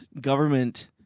government